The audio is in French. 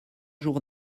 jours